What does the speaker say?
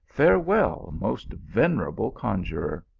farewell, most venerable conjuror.